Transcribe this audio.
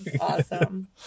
Awesome